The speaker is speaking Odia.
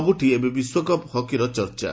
ସବୁଠି ଏବେ ବିଶ୍ୱକପ୍ ହକିର ଚର୍ଚା